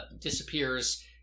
disappears